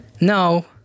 No